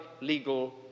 legal